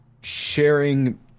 sharing